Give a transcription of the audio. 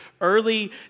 early